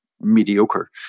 mediocre